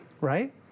right